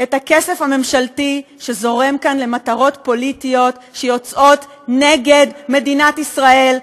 את הכסף הממשלתי שזורם כאן למטרות פוליטיות שיוצאות נגד מדינת ישראל,